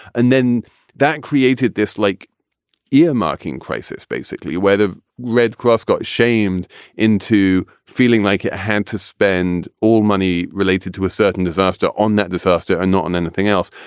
and then that created this like earmarking crisis, basically where the red cross got shamed into feeling like it had to spend all money related to a certain disaster on that disaster and not on anything else.